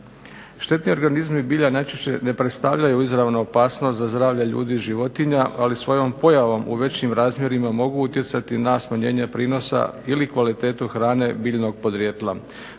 Štetni organizmi bilja najčešće ne predstavljaju izravnu opasnost za zdravlje ljudi i životinja, ali svojom pojavom u većim razmjerima mogu utjecati na smanjenje prinosa ili kvalitetu hrane biljnog podrijetla.